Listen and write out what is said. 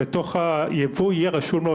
בתוך הייבוא יהיה רשום לו,